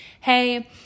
hey